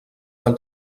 del